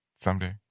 someday